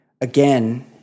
Again